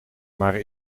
maar